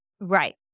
right